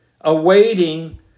awaiting